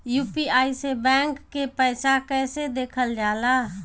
UPI से bank के पैसा कैसे देखल जाला?